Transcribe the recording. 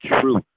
True